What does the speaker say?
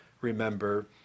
remember